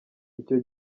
icyo